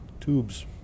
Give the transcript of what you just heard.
tubes